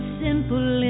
simple